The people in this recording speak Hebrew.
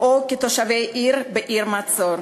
או כתושבי עיר במצור.